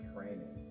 Training